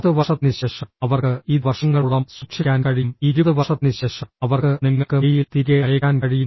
10 വർഷത്തിനുശേഷം അവർക്ക് ഇത് വർഷങ്ങളോളം സൂക്ഷിക്കാൻ കഴിയും 20 വർഷത്തിനുശേഷം അവർക്ക് നിങ്ങൾക്ക് മെയിൽ തിരികെ അയയ്ക്കാൻ കഴിയും